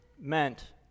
meant